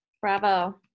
Bravo